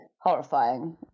horrifying